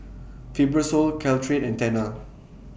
Fibrosol Caltrate and Tena